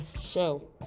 show